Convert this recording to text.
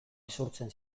isurtzen